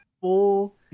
full